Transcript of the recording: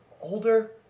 older